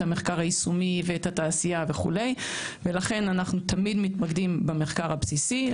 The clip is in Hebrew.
המחקר היישומי ואת התעשייה וכו' ולכן אנחנו תמיד מתמקדים במחקר הבסיסי.